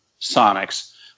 Sonics